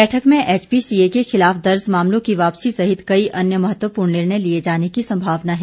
बैठक में एचीपीसीए के खिलाफ दर्ज मामलों की वापसी सहित कई अन्य महत्वपूर्ण निर्णय लिये जाने की सम्भावना है